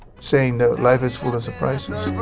saying that life is full of surprises